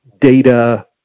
data